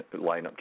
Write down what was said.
lineup